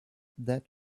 that